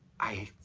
i